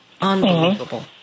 Unbelievable